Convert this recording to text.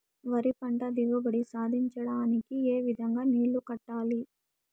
వరి పంట దిగుబడి సాధించడానికి, ఏ విధంగా నీళ్లు కట్టాలి?